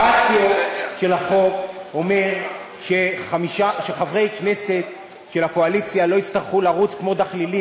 הרציו של החוק אומר שחברי הכנסת של הקואליציה לא יצטרכו לרוץ כמו דחלילים